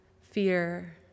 fear